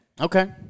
Okay